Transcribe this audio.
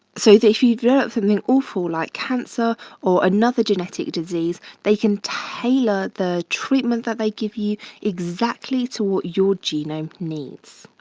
so that if you develop something awful like cancer or another genetic disease, they can tailor the treatment that they give you exactly to what your genome needs.